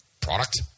product